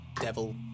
devil